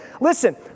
Listen